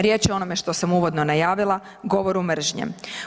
Riječ je o onome što sam uvodno najavila govoru mržnje.